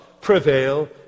prevail